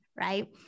right